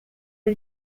ryo